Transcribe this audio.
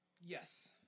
Yes